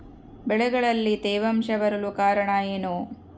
ಬೆಳೆಗಳಲ್ಲಿ ತೇವಾಂಶ ಬರಲು ಕಾರಣ ಏನು?